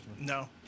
No